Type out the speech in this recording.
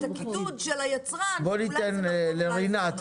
הקידוד של היצרן --- בואו ניתן לרינת.